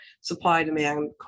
supply-demand